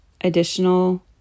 additional